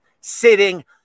sitting